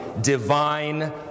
divine